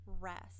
rest